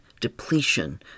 depletion